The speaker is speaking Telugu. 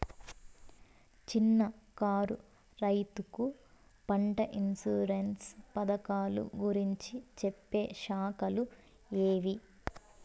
చిన్న కారు రైతుకు పంట ఇన్సూరెన్సు పథకాలు గురించి చెప్పే శాఖలు ఏవి?